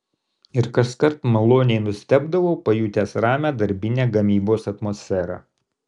ir kaskart maloniai nustebdavau pajutęs ramią darbinę gamybos atmosferą